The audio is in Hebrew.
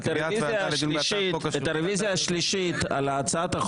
הרוויזיה הזו גם נדחתה.